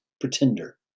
pretender